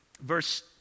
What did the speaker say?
Verse